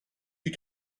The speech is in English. you